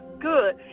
good